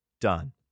done